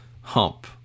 hump